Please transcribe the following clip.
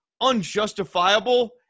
unjustifiable